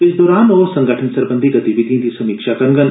इस दौरान ओ संगठन सरबंधी गतिविधियें दी समीक्षा करगंन